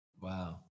Wow